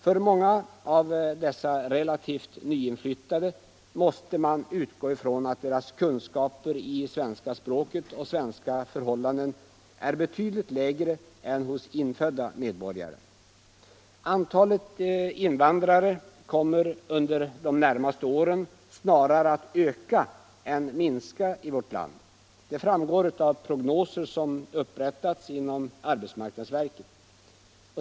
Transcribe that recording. För många av dessa relativt nyinflyttade måste man utgå från att deras kunskaper i svenska språket och svenska förhållanden är betydligt sämre än hos infödda medborgare. Antalet invandrare kommer under de närmaste åren snarare att öka än minska i vårt land. Det framgår av prognoser som upprättats inom arbetsmarknadsverket.